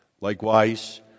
Likewise